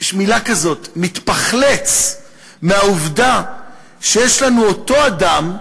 יש מילה כזאת, מתפחלץ מהעובדה שיש לנו אותו אדם,